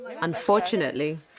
Unfortunately